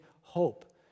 hope